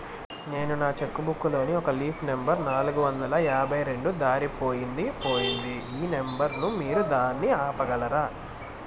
నేను నా cheque book లోని ఒక లీఫ్ నెంబర్ నాలుగు వందల యాభై రెండు దారిపొయింది పోయింది ఈ నెంబర్ ను మీరు దాన్ని ఆపగలరా?